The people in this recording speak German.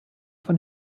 von